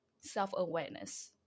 self-awareness